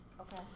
Okay